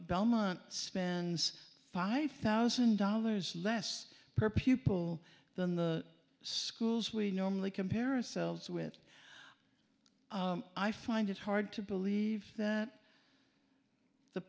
belmont spends five thousand dollars less per pupil than the schools we normally compare ourselves with i find it hard to believe that